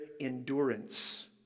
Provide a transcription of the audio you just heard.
endurance